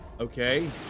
Okay